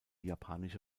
japanische